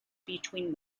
between